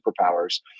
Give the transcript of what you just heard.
superpowers